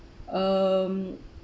um